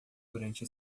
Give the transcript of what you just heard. durante